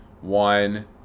one